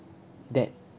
that